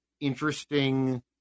interesting